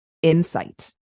Insight